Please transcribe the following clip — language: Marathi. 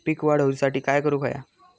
पीक वाढ होऊसाठी काय करूक हव्या?